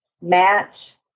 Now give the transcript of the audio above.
match